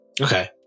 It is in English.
Okay